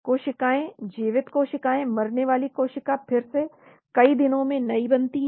कोशिकाएं जीवित कोशिकाएं मरने वाली कोशिका फिर से कई दिनों में नई बनती है